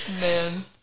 man